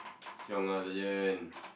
xiong ah sergeant